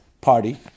Party